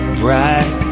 bright